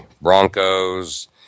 Broncos